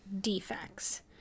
defects